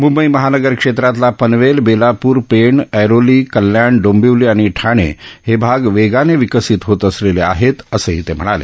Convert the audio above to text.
मुंबई महानगर क्षेत्रातला पनवेल बेलापूर पेण एरोली कल्याण डोंबिवली आणि ठाणे हे वेगानं विकसित होत असेलेले भाग आहेत असंही ते म्हणाले